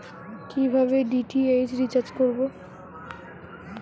কিভাবে DTH recharge করব?